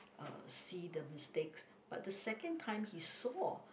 uh see the mistakes but the second time he saw